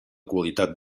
qualitat